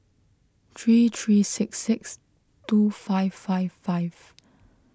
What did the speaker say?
three three six six two five five five